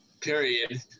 period